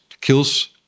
kills